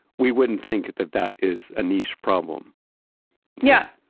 we wouldn't think that that is a niche problem yeah.